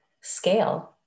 scale